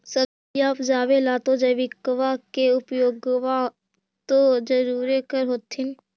सब्जिया उपजाबे ला तो जैबिकबा के उपयोग्बा तो जरुरे कर होथिं?